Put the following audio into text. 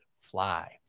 fly